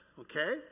Okay